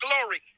Glory